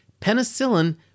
penicillin